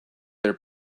their